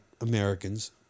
Americans